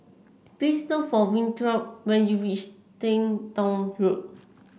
please look for Winthrop when you reach Ting Tong Road